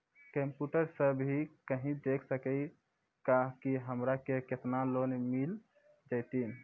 Computer सा भी कही देख सकी का की हमनी के केतना लोन मिल जैतिन?